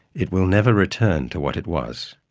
it will never return to what it was,